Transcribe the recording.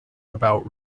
about